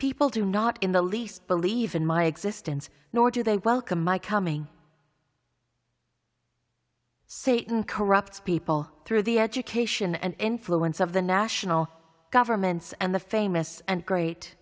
people do not in the least believe in my existence nor do they welcome my coming satan corrupts people through the education and influence of the national governments and the famous and great